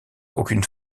aucune